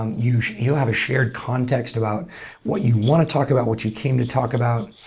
um you you have a shared context about what you want to talk about, what you came to talk about.